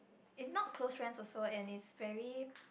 is not close friend and is very